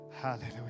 Hallelujah